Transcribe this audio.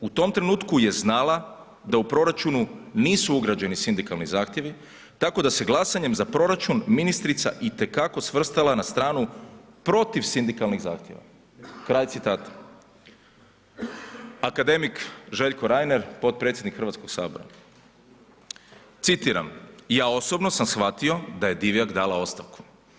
U tom trenutku je zala da u proračunu nisu ugrađeni sindikalni zahtjevi tako da se glasanjem za proračun, ministrica itekako svrstala na stranu protiv sindikalnih zahtjeva.“ Akademik Željko Reiner, potpredsjednik Hrvatskog sabora, citiram: „Ja osobno sam shvatio da je Divjak dala ostavku.